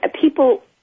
people